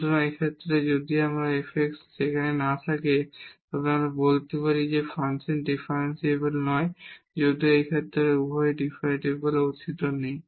সুতরাং এই ক্ষেত্রে যদি এই f x সেখানে না থাকে তবে আমরা বলতে পারি যে একটি ফাংশন ডিফারেনশিবল নয় যদিও এই ক্ষেত্রে উভয় ডেরিভেটিভের অস্তিত্ব নেই